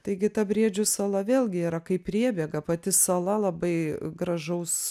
taigi ta briedžių sala vėlgi yra kaip priebėga pati sala labai gražaus